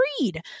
read